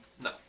No